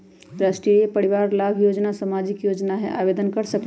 राष्ट्रीय परिवार लाभ योजना सामाजिक योजना है आवेदन कर सकलहु?